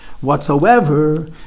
Whatsoever